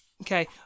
Okay